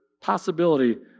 possibility